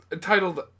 titled